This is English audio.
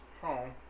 home